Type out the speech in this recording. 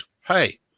hey